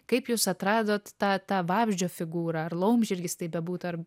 kaip jūs atradot tą tą vabzdžio figūrą ar laumžirgis tai bebūtų ar